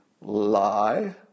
lie